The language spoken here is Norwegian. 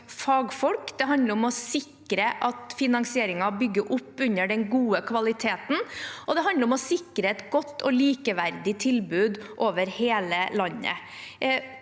om å sikre at finansieringen bygger opp under den gode kvaliteten, og det handler om å sikre et godt og likeverdig tilbud over hele landet.